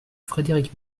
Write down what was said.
frédérique